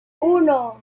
uno